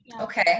okay